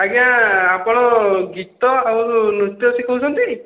ଆଜ୍ଞା ଆପଣ ଗୀତ ଆଉ ନୃତ୍ୟ ଶିଖଉଛନ୍ତି